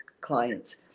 clients